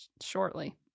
shortly